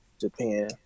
Japan